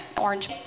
orange